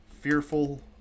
fearful